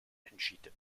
entschied